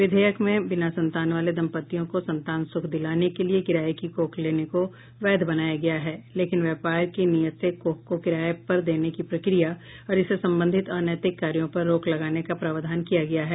विधेयक में बिना संतान दम्पतियों को संतान सुख दिलाने के लिए किराये की कोख लेने को वैध बनाया गया है लेकिन व्यापार की नीयत से कोख को किराए पर देने की प्रक्रिया और इससे संबंधित अनैतिक कार्यों पर रोक लगाने का प्रावधान किया गया है